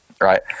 Right